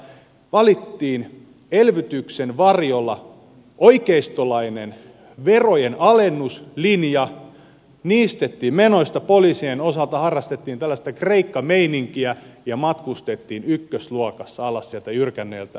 valittiin elvytyksen varjolla oikeistolainen verojenalennuslinja niistettiin menoista poliisien osalta harrastettiin tällaista kreikka meininkiä ja matkustettiin ykkösluokassa alas sieltä jyrkänteeltä